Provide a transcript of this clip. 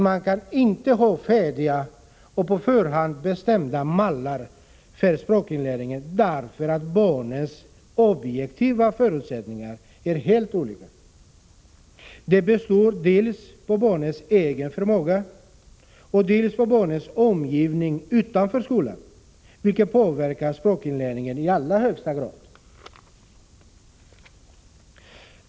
Man kan inte ha färdiga och på förhand bestämda mallar för språkinlärningen, eftersom barnens objektiva förutsättningar är helt olika. De beror dels på barnens egen förmåga, dels på barnens omgivning utanför skolan, vilken påverkar språkinlärningen i allra högsta grad.